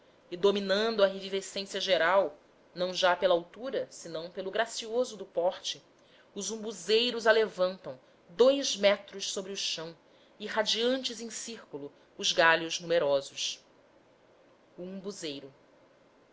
e dominando a revivescência geral não já pela altura senão pelo gracioso do porte os umbuzeiros alevantam dous metros sobre o chão irradiantes em círculo os galhos numerosos o umbuzeiro